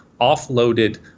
offloaded